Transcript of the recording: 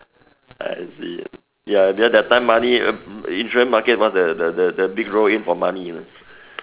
I see ya because that time money uh insurance market was the the big roll in for money lah